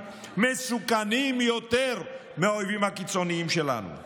"מסוכנים יותר מהאויבים הקיצוניים שלנו";